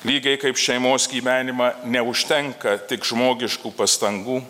lygiai kaip šeimos gyvenimą neužtenka tik žmogiškų pastangų